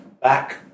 Back